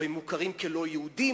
או שהם מוכרים כלא-יהודים,